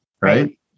right